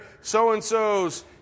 so-and-so's